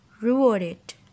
rewarded